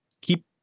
keep